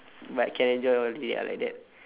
but can enjoy all the way ah like that